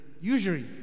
Usury